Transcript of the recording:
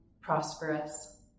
prosperous